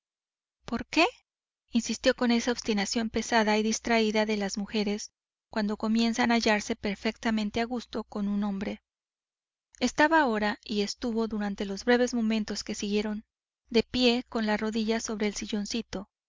por qué insistió con esa obstinación pesada y distraída de las mujeres cuando comienzan a hallarse perfectamente a gusto con un hombre estaba ahora y estuvo durante los breves momentos que siguieron de pie con la rodilla sobre el silloncito